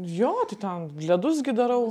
jo tai ten ledus gi darau